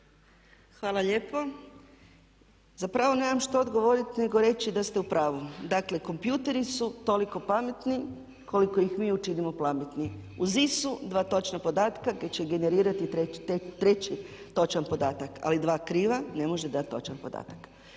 Hvala lijepo. Zapravo nemam što odgovoriti nego reći da ste u pravu. Dakle, kompjuteri su toliko pametni koliko ih mi učinimo pametnim, uz … dva točna podatka koja će generirati treći točan podatak ali dva kriva ne može dati točan podatak.